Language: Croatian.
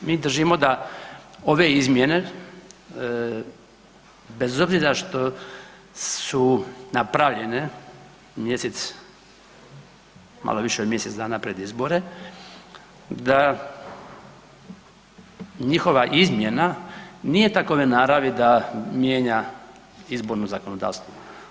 Mi držimo da ove izmjene bez obzira što su napravljene mjesec, malo više od mjesec dana pred izbore, da njihova izmjena nije takve naravi da mijenja izborno zakonodavstvo.